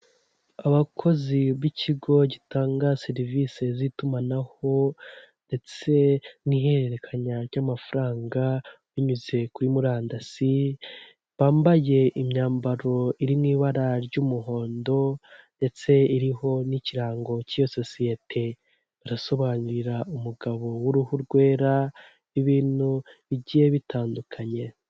Abakozi b'ikigo gitanga serivisi z'itumanaho ndetse n'ihererekanya ry'amafaranga binyuze kuri murandasi, bambaye imyambaro iri mu ibara ry'umuhondo ndetse iriho n'ikirango cy'iyo sosiyete. barasobanurira umugabo w'uruhu rwera ibintu bigiye bitandukanye.